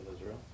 Israel